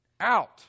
out